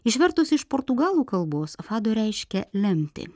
išvertus iš portugalų kalbos fado reiškia lemtį